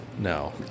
No